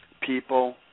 people